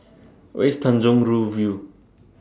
Where IS Tanjong Rhu View